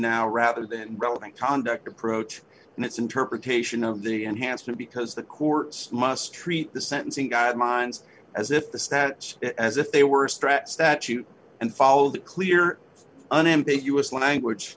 now rather than relevant conduct approach and its interpretation of the enhancement because the courts must treat the sentencing guidelines as if the stats as if they were stretched statute and follow that clear unambiguous language